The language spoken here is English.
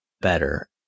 better